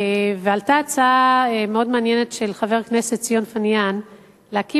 ועלתה הצעה מאוד מעניינת של חבר הכנסת ציון פיניאן להקים